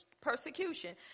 persecution